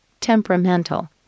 temperamental